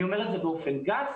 אני אומר את זה באופן גס,